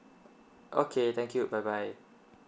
okay thank you bye bye